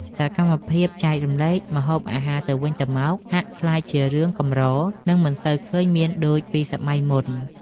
សកម្មភាពចែករំលែកម្ហូបអាហារទៅវិញទៅមកហាក់ក្លាយជារឿងកម្រ និងមិនសូវឃើញមានដូចពីសម័យមុន។